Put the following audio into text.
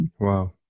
Wow